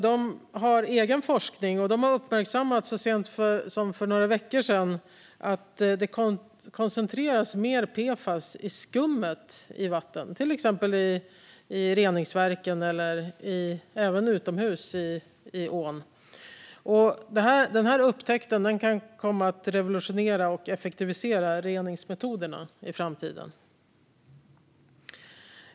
De har egen forskning, och de har så sent som för några veckor sedan uppmärksammat att det koncentreras mer PFAS i skum på vatten, till exempel i reningsverken och utomhus i ån. Denna upptäckt kan komma att revolutionera och effektivisera reningsmetoderna i framtiden.